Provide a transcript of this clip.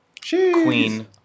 Queen